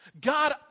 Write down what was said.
God